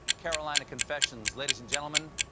carolina confessions, ladies and gentlemen,